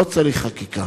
לא צריך חקיקה,